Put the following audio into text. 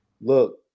look